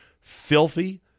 Filthy